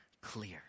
clear